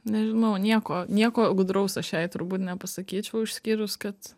nežinau nieko nieko gudraus aš jai turbūt nepasakyčiau išskyrus kad